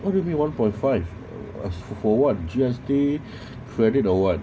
what do you mean one point five for what G_S_T credit or what